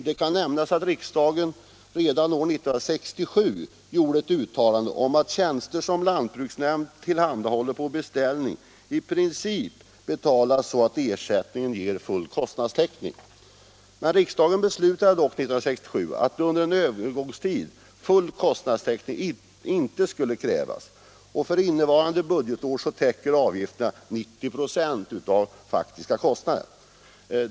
Det kan nämnas att riksdagen redan 1967 gjorde ett uttalande om att tjänster som lantbruksnämnd tillhandahåller på beställning i princip betalas så att ersättningen ger full kostnadstäckning. Men riksdagen beslutade år 1967 att under en övergångstid full kostnadstäckning inte skulle krävas. För innevarande budgetår täcker avgifterna 90 96 av faktiska kostnader.